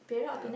Perak